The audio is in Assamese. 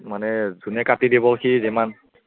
মানে যোনে কাটি দিব সি যিমান